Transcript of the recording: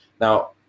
Now